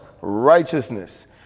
righteousness